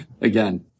Again